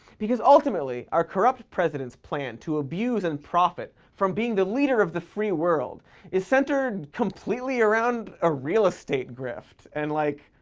because ultimately our corrupt president's plan to abuse and profit from being the leader of the free world is centered completely around a real estate grift, and, like,